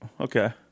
Okay